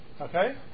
Okay